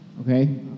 Okay